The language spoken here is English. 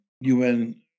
UN